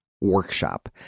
workshop